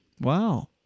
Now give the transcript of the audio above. Wow